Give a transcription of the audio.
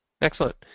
Excellent